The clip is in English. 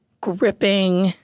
gripping